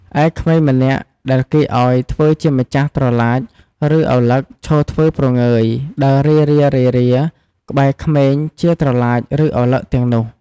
ឯក្មេងម្នាក់ដែលគេឲ្យ ធ្វើជាម្ចាស់ត្រឡាច ឬឪឡឹកឈរធ្វើព្រងើយ ដើររេរាៗ ក្បែរក្មេងជាត្រឡាច ឬ ឪឡឹកទាំងនោះ។